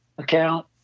account